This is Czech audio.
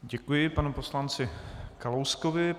Děkuji panu poslanci Kalouskovi.